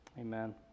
amen